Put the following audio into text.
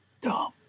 dumb